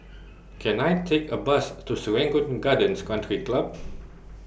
Can I Take A Bus to Serangoon Gardens Country Club